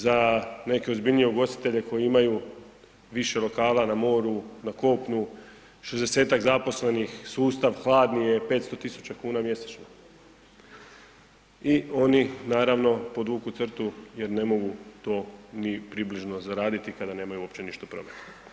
Za neke ozbiljnije ugostitelje koji imaju više lokala na moru, na kopnu, 60-ak zaposlenih sustav hladni je 500.000 kuna mjesečno i oni naravno podvuku crtu jer ne mogu to ni približno zaraditi kada nemaju uopće ništa prometa.